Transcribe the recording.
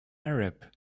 arab